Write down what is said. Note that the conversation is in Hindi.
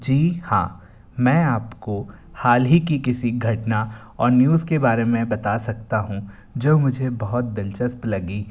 जी हाँ मैं आप को हाल ही की किसी घटना और न्यूज़ के बारे में बता सकता हूँ जो मुझे बहुत दिलचस्प लगी